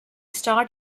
start